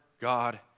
God